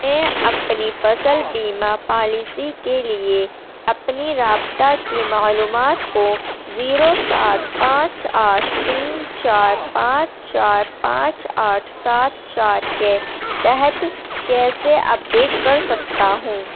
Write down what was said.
میں اپنی فصل بیمہ پالیسی کے لیے اپنی رابطہ کی معلومات کو زیرو سات پانچ آٹھ تین چار پانچ چار پانچ آٹھ سات چار کے تحت کیسے اپڈیٹ کر سکتا ہوں